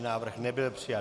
Návrh nebyl přijat.